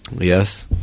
Yes